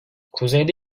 kuzeyde